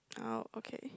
oh okay